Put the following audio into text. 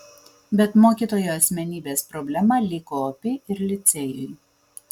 bet mokytojo asmenybės problema liko opi ir licėjui